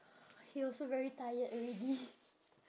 he also very tired already